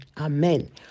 Amen